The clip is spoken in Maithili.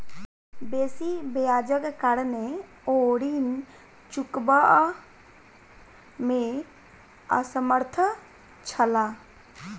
बेसी ब्याजक कारणेँ ओ ऋण चुकबअ में असमर्थ छला